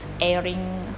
airing